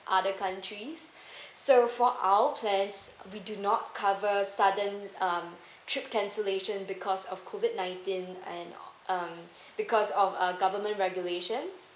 other countries so for our plans we do not cover sudden um trip cancellation because of COVID nineteen and um because of uh government regulations